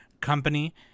company